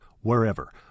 wherever